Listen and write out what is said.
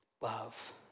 love